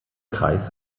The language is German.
kreis